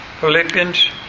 Philippians